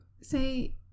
say